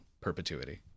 perpetuity